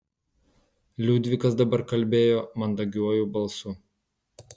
liudvikas dabar kalbėjo mandagiuoju balsu